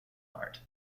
art